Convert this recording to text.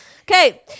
Okay